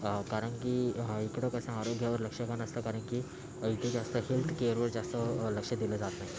कारण की इकडं कसं आरोग्यावर लक्ष का नसतं कारण की इथे जास्त हेल्थकेअरवर जास्त लक्ष दिलं जात नाही